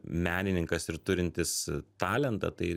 menininkas ir turintis talentą tai